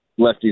lefties